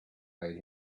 made